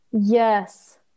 Yes